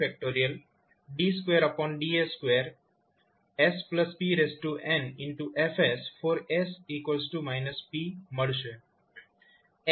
d2ds2spn F| s p મળશે